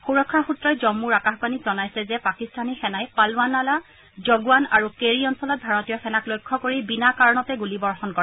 সুৰক্ষা সূত্ৰই জম্মুৰ আকাশবাণীক জনাইছে যে পাকিস্তানী সেনাই পালনৱালা জণ্ডৱান আৰু কেৰী অঞ্চলত ভাৰতীয় সেনাক লক্ষ্য কৰি বিনা কাৰণতে গুলীবৰ্ষণ কৰে